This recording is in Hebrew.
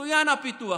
מצוין הפיתוח.